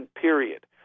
period